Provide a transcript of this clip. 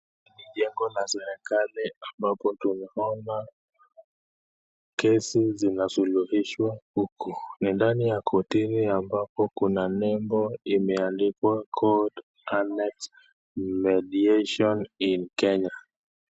Jengo la serikali ambapo tunaona kesi zinasuluhishwa huku, ni ndani ya kotini ambapo kuna nembo imeandikwa Court Annexed Mediation In Kenya.